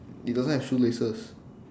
they don't have shoelaces